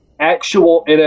actual